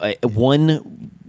one